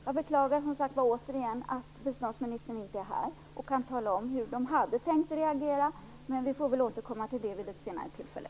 Jag beklagar återigen att biståndsministern inte är här och kan tala om hur regeringen hade tänkt reagera, men vi får återkomma till det vid ett senare tillfälle.